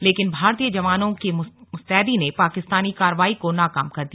लेकिन भारतीय जवानों की मुस्तैदी ने पाकिस्तानी कार्रवाई को नाकाम कर दिया